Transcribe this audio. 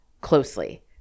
closely